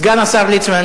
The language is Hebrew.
סגן השר ליצמן,